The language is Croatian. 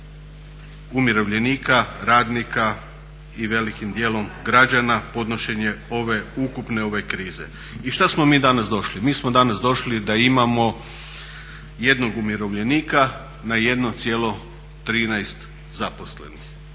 umirovljenika, radnika i velikim dijelom građana, podnošenje ove, ukupne ove krize. I šta smo mi danas došli? Mi smo danas došli da imamo jednog umirovljenika na 1,13 zaposlenih.